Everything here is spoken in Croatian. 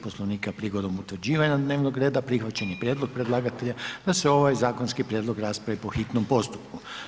Poslovnika prigodom utvrđivanja dnevnog reda prihvaćen je prijedlog predlagatelja da se ovaj zakonski prijedlog raspravi po hitnom postupku.